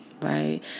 Right